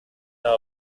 las